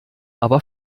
aber